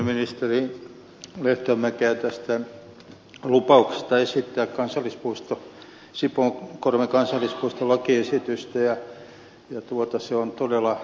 minä olisin ensin kiittänyt ministeri lehtomäkeä tästä lupauksesta esittää sipoonkorven kansallispuistolakiesitystä se on todella tärkeä asia